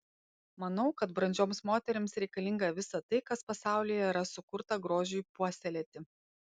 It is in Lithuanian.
manau kad brandžioms moterims reikalinga visa tai kas pasaulyje yra sukurta grožiui puoselėti